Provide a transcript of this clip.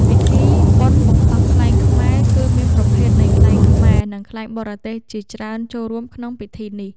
ពិធីបុណ្យបង្ហោះខ្លែងខ្មែរ គឺមានប្រភេទនៃខ្លែងខ្មែរ និងខ្លែងបរទេសជាច្រើនចូររួមក្នុងពិធីនេះ។